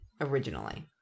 originally